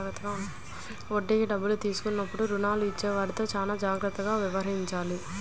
వడ్డీకి డబ్బులు తీసుకున్నప్పుడు రుణాలు ఇచ్చేవారితో చానా జాగ్రత్తగా వ్యవహరించాలి